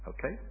Okay